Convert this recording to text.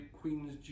Queen's